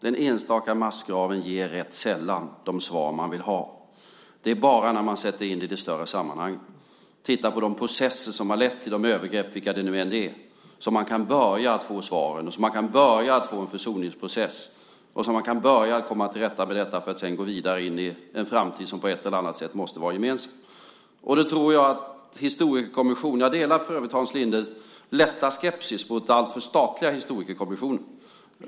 Den enstaka massgraven ger rätt sällan de svar man vill ha. Det är bara när man sätter in det i det större sammanhanget, och tittar på de processer som har lett till övergreppen, vilka det än är, som man kan börja få svaren, som man kan börja få en försoningsprocess och som man kan börja komma till rätta med detta för att sedan gå vidare in i en framtid som på ett eller annat sätt måste vara gemensam. Jag delar Hans Lindes lätta skepsis mot alltför statliga historikerkommissioner.